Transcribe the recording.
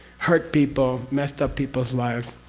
hurt people, messed up people's lives,